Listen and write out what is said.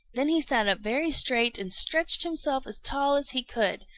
then he sat up very straight and stretched himself as tall as he could,